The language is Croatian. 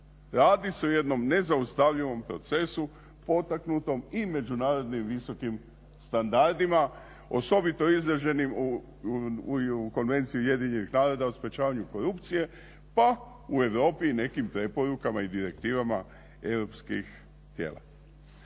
radi se o jednom nezaustavljivom procesu potaknutom i međunarodnim visokim standardima, osobito izraženim u Konvenciji UN-a o sprečavanju korupcije pa u Europi i nekim preporukama i direktivama europskih tijela.